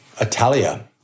Italia